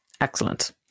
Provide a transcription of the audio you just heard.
Excellent